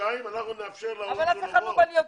חודשיים אנחנו נאפשר להורים שלו לבוא?